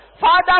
Father